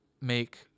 make